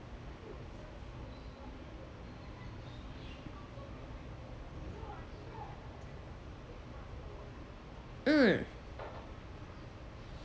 mm